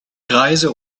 greise